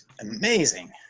Amazing